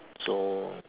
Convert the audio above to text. so